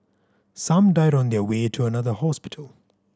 some died on their way to another hospital